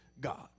God